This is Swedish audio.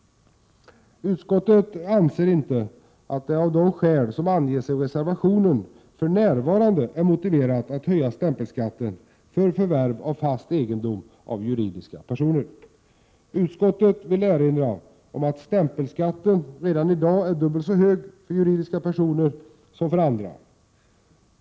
Utskottet anser inte att det av de skäl som angetts i reservationen för närvarande är motiverat att höja stämpelskatten för förvärv av fast egendom av juridiska personer. Utskottet vill erinra om att stämpelskatten redan i dag är dubbelt så hög för juridiska personer som för andra.